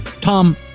Tom